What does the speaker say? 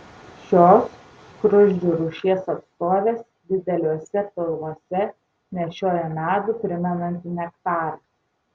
šios skruzdžių rūšies atstovės dideliuose pilvuose nešioja medų primenantį nektarą